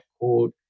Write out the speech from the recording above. code